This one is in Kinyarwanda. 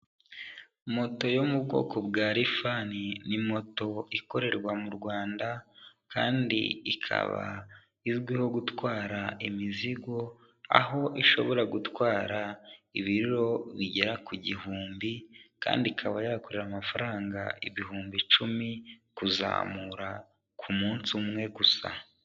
Moto yo mu bwoko bwa Rifani, ni moto ikorerwa mu Rwanda, kandi ikaba izwiho gutwara imizigo, aho ishobora gutwara ibiro bigera ku gihumbi, kandi ikaba yakorera amafaranga ibihumbi icumi kuzamura ku munsi umwe gusa.